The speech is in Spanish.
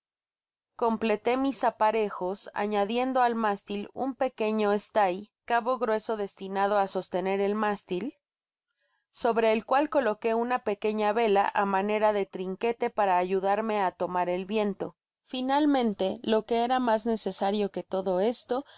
completé mis aparejos añadiendo al mástil un pequeño botavara palo largo del cual se sirven las canoas para tender la vela content from google book search generated at estay sobre el cual coloqué una pequeña vela á manera de trinquete para ayudarme á tomar el tiento finalmente lo que era mas necesario que todo esto